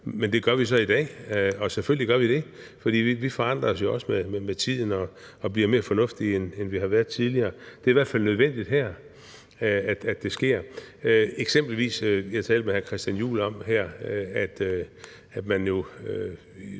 Men det gør vi så i dag, og selvfølgelig gør vi det, for vi forandrer os jo også med tiden og bliver mere fornuftige, end vi har været tidligere. Det er i hvert fald nødvendigt, at det sker her. Jeg talte jeg med hr. Christian Juhl her om, at man